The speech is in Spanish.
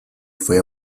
fue